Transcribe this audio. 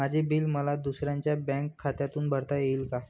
माझे बिल मला दुसऱ्यांच्या बँक खात्यातून भरता येईल का?